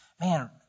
Man